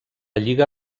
lliga